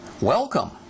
Welcome